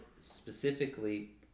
specifically